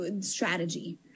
strategy